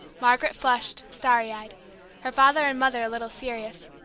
margaret flushed, starry-eyed her father and mother a little serious.